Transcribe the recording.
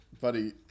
Buddy